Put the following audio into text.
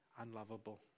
unlovable